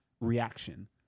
reaction